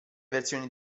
versioni